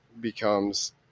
becomes